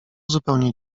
zupełnie